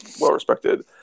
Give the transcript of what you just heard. well-respected